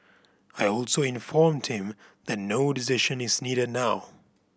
I also informed him that no decision is needed now